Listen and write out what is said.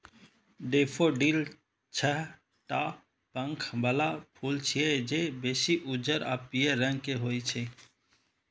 daffodil छह टा पंख बला फूल छियै, जे बेसी उज्जर आ पीयर रंग के होइ छै